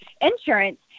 insurance